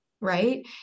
right